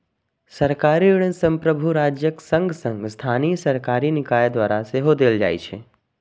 सरकारी ऋण संप्रभु राज्यक संग संग स्थानीय सरकारी निकाय द्वारा सेहो देल जाइ छै